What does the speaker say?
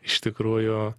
iš tikrųjų